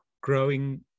growing